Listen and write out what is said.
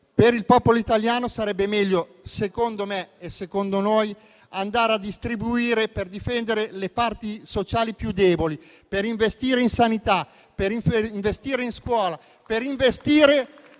per il popolo italiano sarebbe meglio - secondo me e secondo noi - andare a distribuire per difendere le parti sociali più deboli, per investire in sanità, scuola e formazione.